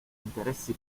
interessi